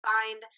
find